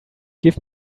give